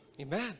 Amen